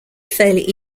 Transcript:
fairly